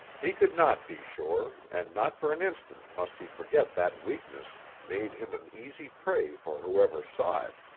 he could not be sure, and not for an instant must he forget that weakness made him an easy prey for whoever saw it.